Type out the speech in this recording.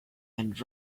and